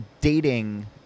dating